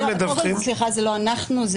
סליחה, זה לא אנחנו.